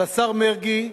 השר מרגי,